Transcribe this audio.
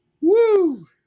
Woo